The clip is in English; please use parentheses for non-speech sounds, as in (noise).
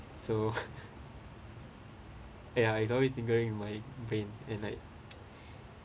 so (laughs) ya it's always tinkering my brain and like